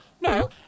no